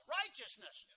righteousness